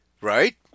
right